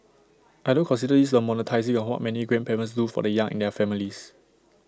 I don't consider this the monetising of what many grandparents do for the young in their families